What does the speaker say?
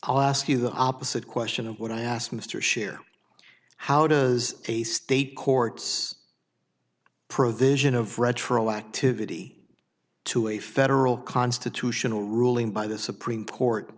i ask you the opposite question of what i asked mr share how does a state courts provision of retroactivity to a federal constitutional ruling by the supreme court